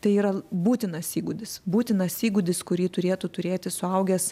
tai yra būtinas įgūdis būtinas įgūdis kurį turėtų turėti suaugęs